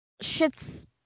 shit's